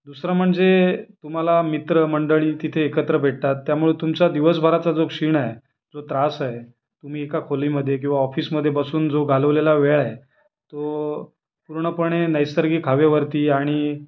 दुसरं म्हणजे तुम्हाला मित्रमंडळी तिथे एकत्र भेटतात त्यामुळं तुमचा दिवसभराचा जो शीण आहे जो त्रास आहे तुम्ही एका खोलीमध्ये किंवा ऑफिसमध्ये बसून जो घालवलेला वेळ आहे तो पूर्णपणे नैसर्गिक हवेवरती आणि